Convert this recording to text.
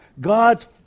God's